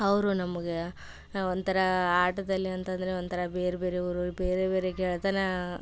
ಅವರು ನಮ್ಗೆ ಒಂಥರ ಆಟದಲ್ಲಿ ಅಂತಂದರೆ ಒಂಥರ ಬೇರೆ ಬೇರೆ ಊರು ಬೇರೆ ಬೇರೆ ಗೆಳೆತನ